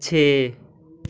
ਛੇ